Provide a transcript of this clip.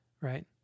Right